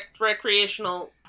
recreational